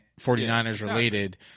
49ers-related